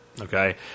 Okay